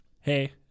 Hey